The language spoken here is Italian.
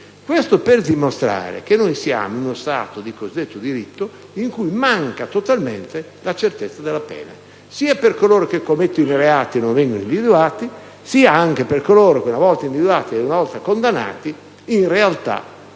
Questo per dimostrare che noi siamo uno Stato di cosiddetto diritto in cui manca totalmente la certezza della pena sia per coloro che commettono i reati e non vengono individuati, sia per coloro che, una volta individuati e condannati, in realtà, non